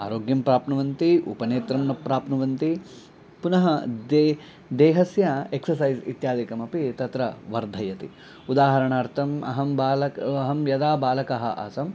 आरोग्यं प्राप्नुवन्ति उपनेत्रं न प्राप्नुवन्ति पुनः दे देहस्य एक्ससैस् इत्यादिकमपि तत्र वर्धयति उदाहरणार्थम् अहं बालकः अहं यदा बालकः आसम्